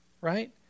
right